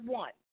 one